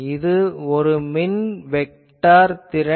இது ஒரு மின் வெக்டார் திறன்